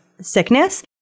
sickness